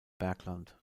bergland